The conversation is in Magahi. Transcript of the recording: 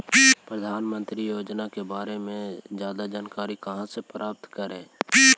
प्रधानमंत्री योजना के बारे में जादा जानकारी कहा से प्राप्त करे?